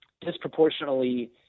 disproportionately